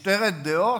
משטרת דעות?